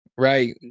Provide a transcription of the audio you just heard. Right